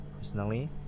personally